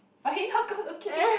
but he not good looking